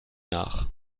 nach